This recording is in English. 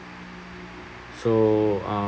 so uh